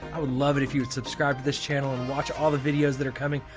i would love it if you subscribe to this channel and watch all the videos that are coming.